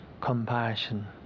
Compassion